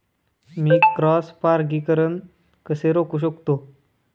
मी cross परागीकरण कसे रोखू शकतो?